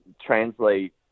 translate